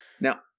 Now